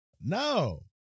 No